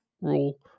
rule